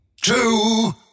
two